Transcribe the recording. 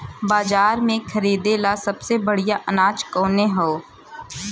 बाजार में खरदे ला सबसे बढ़ियां अनाज कवन हवे?